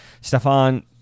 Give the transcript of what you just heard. Stefan